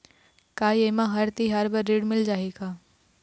का ये मा हर तिहार बर ऋण मिल जाही का?